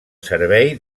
servei